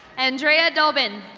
andrea dolbin.